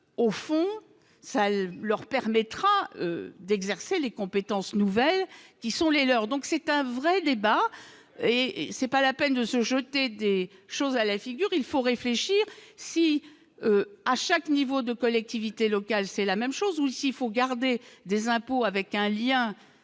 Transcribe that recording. au fond, ça leur permettra d'exercer les compétences nouvelles qui sont les leurs, donc c'est un vrai débat et c'est pas la peine de se jeter des choses à la figure, il faut réfléchir, si à chaque niveau de collectivité locale, c'est la même chose ou s'il faut garder des impôts avec un lien